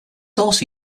also